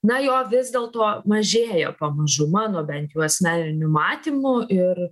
na jo vis dėlto mažėja pamažu mano bent jau asmeniniu matymu ir